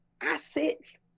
assets